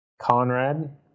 Conrad